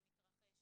מתרחש,